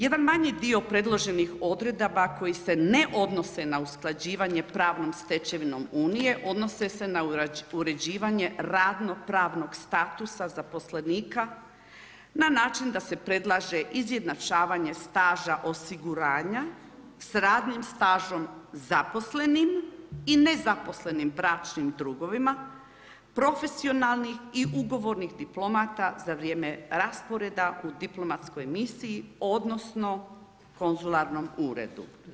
Jedan manji dio predloženih odredaba koji se ne odnose na usklađivanje pravnom stečevinom Unije odnose se na uređivanje ravnopravnog statusa zaposlenika na način da se predlaže izjednačavanje staža osiguranja sa radnim stažom zaposlenim i nezaposlenim bračnim drugovima, profesionalnih i ugovornih diplomata za vrijeme rasporeda u diplomatskoj misiji odnosno konzularnom uredu.